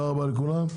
תודה רבה לכולם.